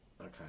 Okay